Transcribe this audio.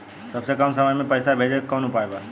सबसे कम समय मे पैसा भेजे के कौन उपाय बा?